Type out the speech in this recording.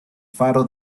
faro